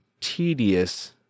tedious